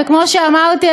וכמו שאמרתי,